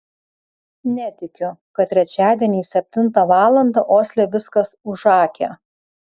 netikiu kad trečiadieniais septintą valandą osle viskas užakę